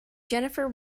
jennifer